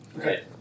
Okay